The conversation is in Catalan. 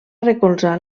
recolzar